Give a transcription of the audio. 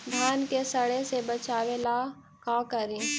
धान के सड़े से बचाबे ला का करि?